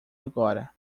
agora